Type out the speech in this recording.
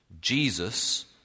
Jesus